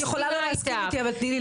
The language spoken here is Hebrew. את יכולה לא להסכים איתי אבל תני לי לסיים.